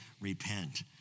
Repent